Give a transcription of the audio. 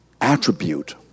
attribute